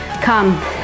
Come